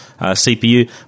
CPU